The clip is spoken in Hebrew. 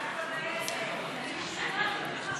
אחריה, חבר הכנסת נחמן